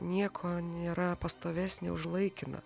nieko nėra pastovesnio už laikiną